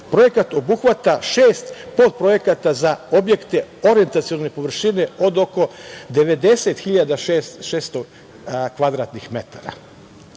Projekat obuhvata šest potprojekta za objekte, orijentacione površine od oko 90.600